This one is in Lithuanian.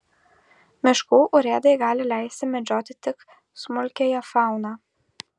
miškų urėdai gali leisti medžioti tik smulkiąją fauną